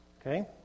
Okay